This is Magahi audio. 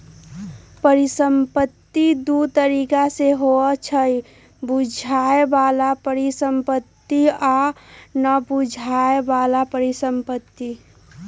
परिसंपत्ति दु तरिका के होइ छइ बुझाय बला परिसंपत्ति आ न बुझाए बला परिसंपत्ति